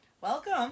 Welcome